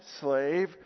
slave